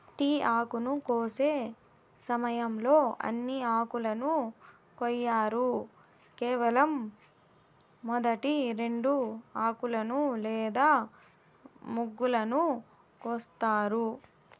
tea ఆకును కోసే సమయంలో అన్ని ఆకులను కొయ్యరు కేవలం మొదటి రెండు ఆకులను లేదా మొగ్గలను కోస్తారు